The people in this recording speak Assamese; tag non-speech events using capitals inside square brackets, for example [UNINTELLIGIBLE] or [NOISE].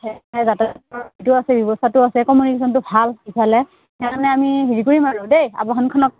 [UNINTELLIGIBLE]